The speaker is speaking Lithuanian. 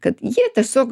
kad jie tiesiog